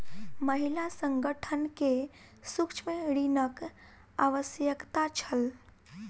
महिला संगठन के सूक्ष्म ऋणक आवश्यकता छल